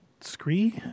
Scree